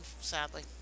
sadly